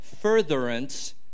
furtherance